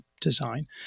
design